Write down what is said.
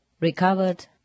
recovered